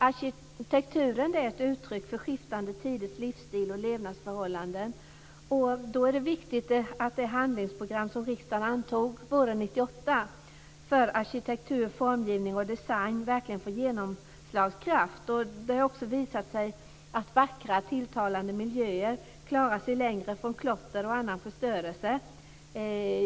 Arkitekturen är ett uttryck för olika tiders livsstil och levnadsförhållanden. Då är det viktigt att det handlingsprogram som riksdagen antog våren 1998 för arkitektur, formgivning och design verkligen får genomslagskraft. Det har också visat sig att vackra, tilltalande miljöer klarar sig längre från klotter och annan förstörelse.